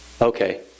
Okay